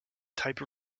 type